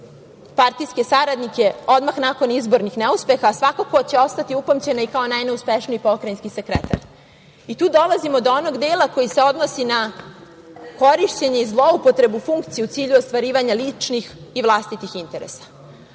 partijske saradnike odmah nakon izbornih neuspeha, a svakako će ostati upamćena i kao najneuspešniji pokrajinski sekretar. Tu dolazimo do onog dela koji se odnosi na korišćenje i zloupotrebu funkcije u cilju ostvarivanja ličnih i vlastitih interesa. Kao